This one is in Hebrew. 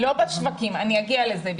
לא בשווקים., אני אגיע לזה.